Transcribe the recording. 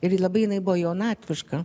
ir ji labai jinai buvo jaunatviška